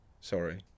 sorry